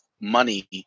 money